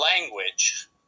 language